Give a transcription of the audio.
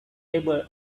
able